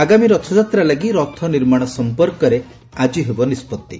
ଆଗାମୀ ରଥଯାତ୍ରା ଲାଗି ରଥ ନିର୍ମାଣ ସମ୍ମର୍କରେ ଆଜି ହେବ ନିଷ୍ବତ୍ତି